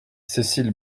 cécile